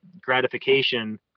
gratification